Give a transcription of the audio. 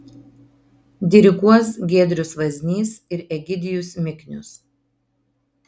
diriguos giedrius vaznys ir egidijus miknius